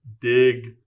dig